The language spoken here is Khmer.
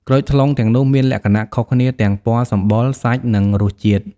ក្រូចថ្លុងទាំងនោះមានលក្ខណៈខុសគ្នាទាំងពណ៌សម្បុរ សាច់ និងរសជាតិ។